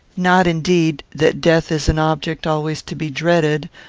not, indeed, that death is an object always to be dreaded,